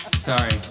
Sorry